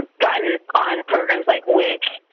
gotten on programs like wick,